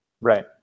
Right